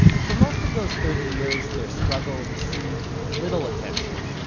for most of those thirty years their struggle received little attention.